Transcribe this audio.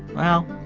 well,